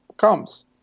comes